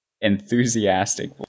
enthusiastic